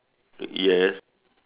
yes